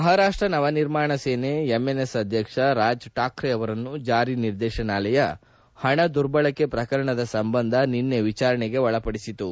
Maharashtra Navnirman Sena MNS ಅಧ್ಯಕ್ಷ ರಾಜ್ ಠಾಕ್ರೆ ಅವರನ್ನು ಜಾರಿ ನಿರ್ದೇಶನಾಲಯ ಹಣ ದುರ್ಬಳಕೆ ಪ್ರಕರಣದ ಸಂಬಂಧ ನಿನ್ನೆ ವಿಚಾರಣೆಗೆ ಒಳಪದಿಸಿತು